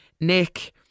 Nick